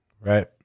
Right